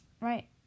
right